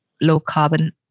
low-carbon